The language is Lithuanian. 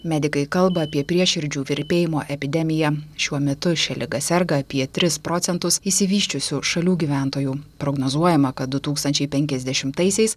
medikai kalba apie prieširdžių virpėjimo epidemiją šiuo metu šia liga serga apie tris procentus išsivysčiusių šalių gyventojų prognozuojama kad du tūkstančiai penkiasdešimtaisiais